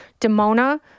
Demona